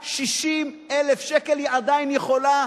160,000 שקל, היא עדיין יכולה